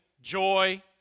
joy